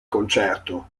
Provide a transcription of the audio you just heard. concerto